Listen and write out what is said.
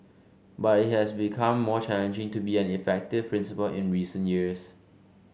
but it has become more challenging to be an effective principal in recent years